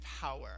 power